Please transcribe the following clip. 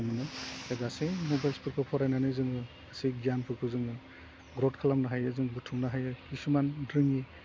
मोजां मोनो बे गासै नभेल्सफोरखौ फरायनानै जोङो गासै गियानफोरखौ जोङो ग्रथ खालामनो हायो जों बुथुमनो हायो खिसुमान रोङि